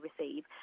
receive